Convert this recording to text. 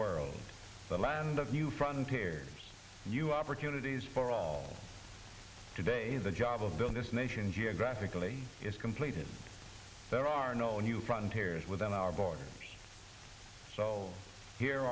world the land of new front here you opportunities for all today the job of build this nation geographically is completed there are no new frontiers within our borders so here